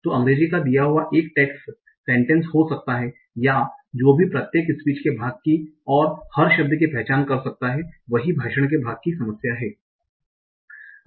तो अंग्रेजी का दिया हुआ एक टेक्स्ट सेंटेन्स हो सकता है या जो भी प्रत्येक स्पीच के भाग की और हर शब्द की पहचान कर सकता है वही भाषण के भाग की समस्या है